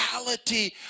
reality